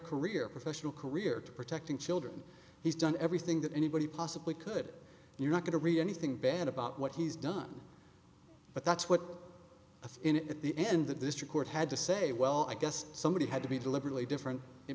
career professional career to protecting children he's done everything that anybody possibly could and you're not going to read anything bad about what he's done but that's what in the end the district court had to say well i guess somebody had to be deliberately different it